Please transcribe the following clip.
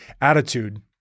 attitude